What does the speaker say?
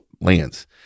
lands